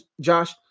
Josh